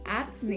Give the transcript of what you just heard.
apps